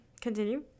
continue